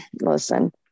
listen